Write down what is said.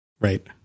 right